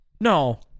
No